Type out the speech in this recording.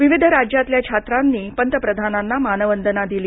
विविध राज्यातल्या छात्रांनी पंतप्रधानांना मानवंदना दिली